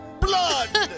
blood